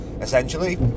essentially